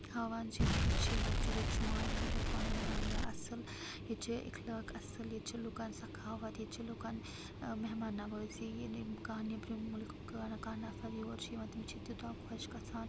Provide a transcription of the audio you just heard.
ہاوان چھِ زِ أسۍ چھِ یَکجُت ییٚتہِ چھِ ماے محبت پانہٕ وٲنۍ واریاہ اصٕل ییٚتہِ چھِ اخلاق اصٕل ییٚتہِ چھِ لوٗکَن سخاوَت ییٚتہِ چھِ لوٗکَن ٲں مہمان نَوٲزی یعنی کانٛہہ نیٚبرِم ملکُک کانٛہہ نَفر یور چھُ یِوان تِم چھِ تیٛوتاہ خۄش گژھان